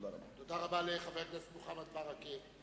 תודה רבה לחבר הכנסת מוחמד ברכה.